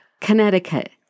Connecticut